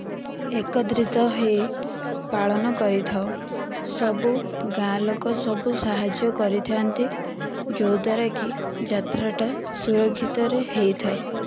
ଏକତ୍ରିତ ହୋଇ ପାଳନ କରିଥାଉ ସବୁ ଗାଁ ଲୋକ ସବୁ ସାହାଯ୍ୟ କରିଥାନ୍ତି ଯେଉଁଦ୍ୱାରା କି ଯାତ୍ରାଟା ସୁରକ୍ଷିତରେ ହୋଇଥାଏ